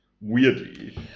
Weirdly